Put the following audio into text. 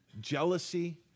jealousy